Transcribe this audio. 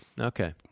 Okay